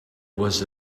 was